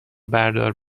بردار